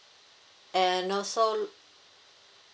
and also